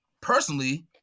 personally